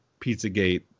Pizzagate